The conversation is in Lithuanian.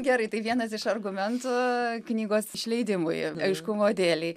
gerai tai vienas iš argumentų knygos išleidimui aiškumo dėlei